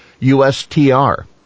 USTR